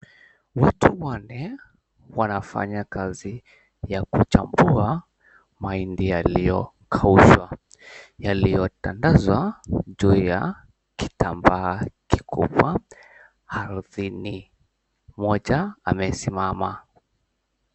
Watu wanne wanafanya kazi ya kuchambua mahindi yaliyokaushwa, yaliyotandazwa juu ya kitambaa kikubwa ardhini. Mmoja amesimama.